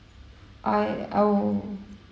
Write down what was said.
I I will